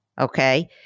Okay